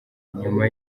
nyuma